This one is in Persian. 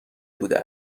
بوده